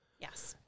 Yes